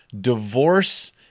Divorce